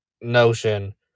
notion